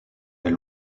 est